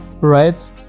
Right